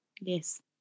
Yes